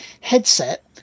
headset